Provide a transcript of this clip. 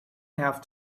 have